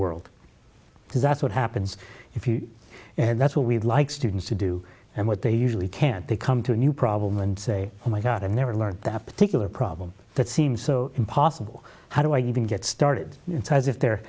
world because that's what happens if you and that's what we'd like students to do and what they usually can't they come to a new problem and say oh my god i've never learnt that particular problem that seems so impossible how do i even get started it's as if they're